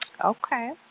Okay